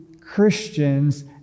Christians